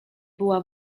była